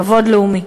כבוד לאומי.